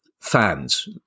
fans